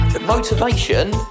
Motivation